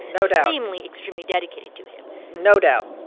no doubt. extremely extremely dedicated to him no doubt.